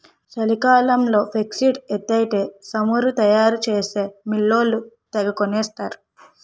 చలికాలంలో ఫేక్సీడ్స్ ఎత్తే సమురు తయారు చేసే మిల్లోళ్ళు తెగకొనేత్తరు